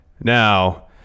now